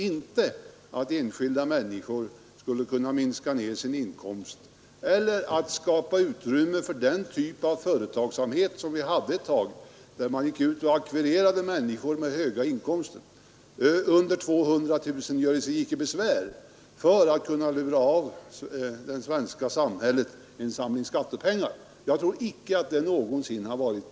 Inte heller har meningen varit att skapa utrymme för den typ av företagsamhet som vi hade ett tag, då man ackvirerade människor med höga inkomster — ”under 200 000 göre sig icke besvär” — för att kunna lura av samhället skattepengar.